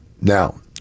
Now